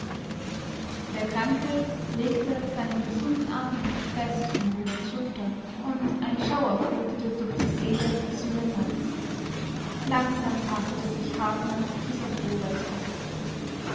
der kranke legte seinen gesunden arm fest um roberts schulter und ein schauer flutete durch die seele des jungen mannes langsam tastete sich hartmann bis auf roberts kopf